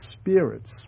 spirits